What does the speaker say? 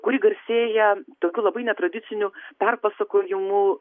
kuri garsėja tokiu labai netradiciniu perpasakojimu